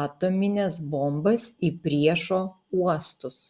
atomines bombas į priešo uostus